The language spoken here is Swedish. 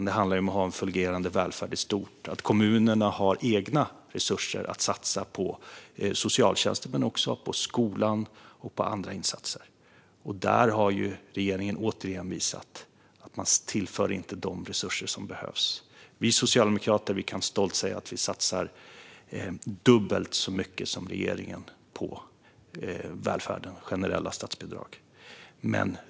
Det handlar om att ha en fungerande välfärd i stort, att kommunerna har egna resurser att satsa på socialtjänsten men också på skolan och andra insatser. Där har regeringen återigen visat att man inte tillför de resurser som behövs. Vi socialdemokrater kan stolt säga att vi satsar dubbelt så mycket som regeringen på välfärden i generella statsbidrag.